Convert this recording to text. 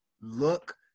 look